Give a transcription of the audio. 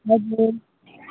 भन्नुहोस्